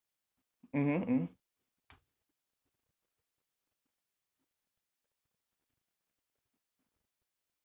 mmhmm mmhmm